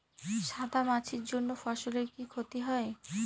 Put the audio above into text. সাদা মাছির জন্য ফসলের কি ক্ষতি হয়?